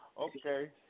Okay